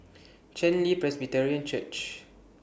Chen Li Presbyterian Church